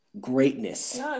greatness